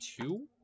two